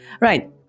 Right